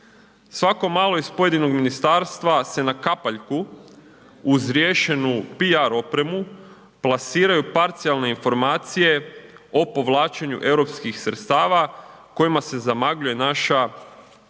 Svako malo iz pojedinog ministarstva se na kapaljku uz riješenu PR opremu plasiraju parcijalne informacije o povlačenju europskih sredstava kojima se zamagljuje naša